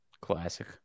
Classic